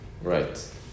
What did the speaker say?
right